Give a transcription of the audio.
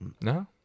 no